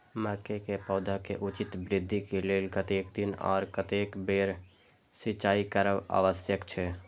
मके के पौधा के उचित वृद्धि के लेल कतेक दिन आर कतेक बेर सिंचाई करब आवश्यक छे?